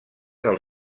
del